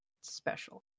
special